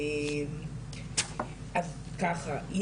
אז ככה,